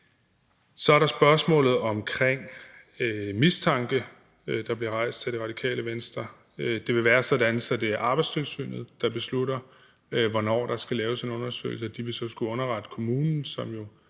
Så er der spørgsmålet omkring mistanke, der bliver rejst af Det Radikale Venstre. Det vil være sådan, at det er Arbejdstilsynet, der beslutter, hvornår der skal laves en undersøgelse, og de vil så skulle underrette kommunen, som jo